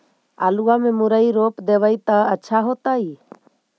आलुआ में मुरई रोप देबई त अच्छा होतई?